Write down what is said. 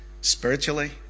Spiritually